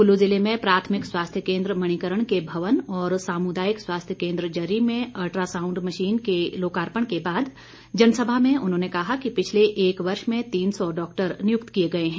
कुल्लू जिले में प्राथमिक स्वास्थ्य केंद्र मणिकर्ण के भवन और सामुदायिक स्वास्थ्य केंद्र जरी में अल्ट्रासाउंड मशीन के लोकार्पण के बाद जनसभा में उन्होंने कहा कि पिछले एक वर्ष में तीन सौ डॉक्टर नियुक्त किए गए हैं